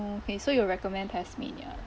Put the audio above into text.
okay so you'll recommend tasmania